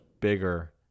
bigger